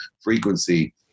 frequency